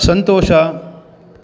ಸಂತೋಷ